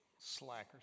Slackers